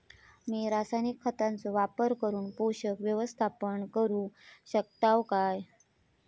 मी रासायनिक खतांचो वापर करून पोषक व्यवस्थापन करू शकताव काय?